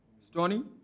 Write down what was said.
Stony